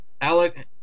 Alec